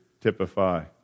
typify